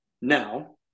now